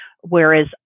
whereas